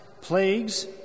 plagues